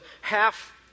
half